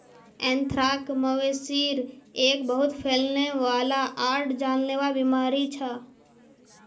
anthrax, मवेशिर एक बहुत फैलने वाला आर जानलेवा बीमारी छ